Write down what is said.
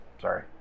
sorry